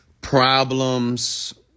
problems